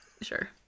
Sure